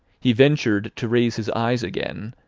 he ventured to raise his eyes again,